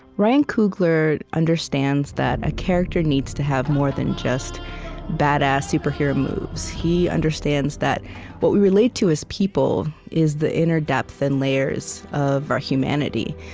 ryan coogler understands that a character needs to have more than just badass superhero moves. he understands that what we relate to as people is the inner depth and layers of our humanity.